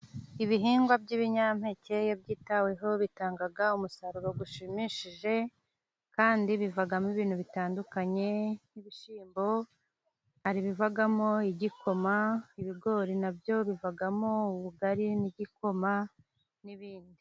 Ibihingwa by'ibinyampeke iyo byitaweho bitanga umusaruro ushimishije kandi bivamo ibintu bitandukanye nk'ibishyimbo, ibivamo igikoma, ibigori nabyo bivamo ubugari n'igikoma n'ibindi.